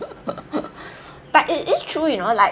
but it is true you know like